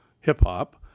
hip-hop